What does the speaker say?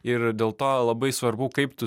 ir dėl to labai svarbu kaip tu